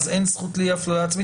אין זכות לאי הפללה עצמית?